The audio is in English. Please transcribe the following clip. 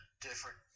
different